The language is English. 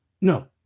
no